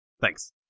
Thanks